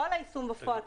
לא על היישום בפועל,